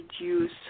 reduce